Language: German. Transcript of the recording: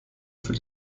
für